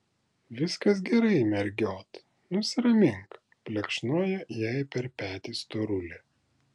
viskas gerai mergiot nusiramink plekšnojo jai per petį storulė